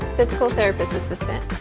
physical therapist assistant,